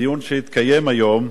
הדיון שהתקיים היום